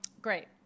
Great